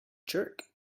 jerk